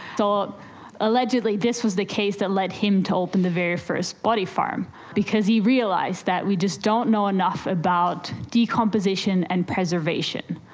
allegedly this was the case that led him to open the very first body farm because he realised that we just don't know enough about decomposition and preservation.